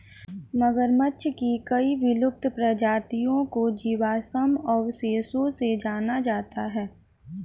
मगरमच्छ की कई विलुप्त प्रजातियों को जीवाश्म अवशेषों से जाना जाता है